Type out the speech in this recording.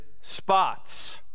spots